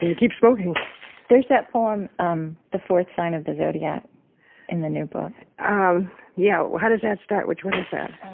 keep smoking there's that poem um the fourth sign of the zodiac in the new book um yeah. how does that start? which one is that?